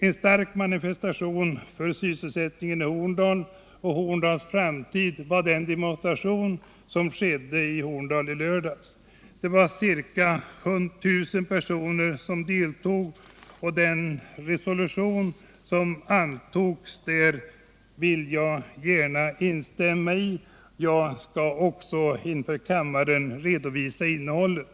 En stark manifestation för sysselsättningen i Horndal och för Horndals framtid var den demonstration som ägde rum i Horndal i lördags. Ca 1 000 personer deltog, och den resolution som antogs vill jag gärna instämma i. Jag skall också inför kammaren redovisa innehållet.